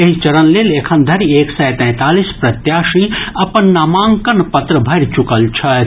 एहि चरण लेल एखन धरि एक सय तैंतालीस प्रत्याशी अपन नामांकन पत्र भरि चुकल छथि